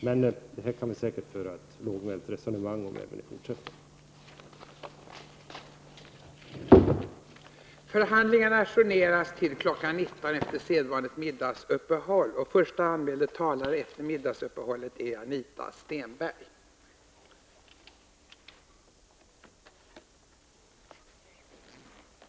Men det här kan vi säkert föra ett lågmält resonemang om även i fortsättningen.